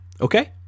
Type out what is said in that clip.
Okay